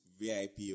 VIP